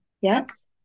Yes